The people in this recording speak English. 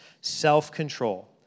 self-control